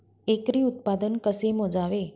एकरी उत्पादन कसे मोजावे?